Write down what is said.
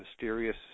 mysterious